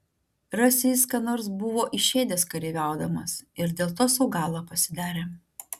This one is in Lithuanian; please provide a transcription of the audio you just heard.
rasi jis ką nors buvo išėdęs kareiviaudamas ir dėl to sau galą pasidarė